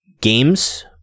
games